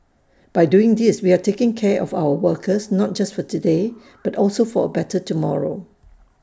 by doing these we are taking care of our workers not just for today but also for A better tomorrow